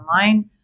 online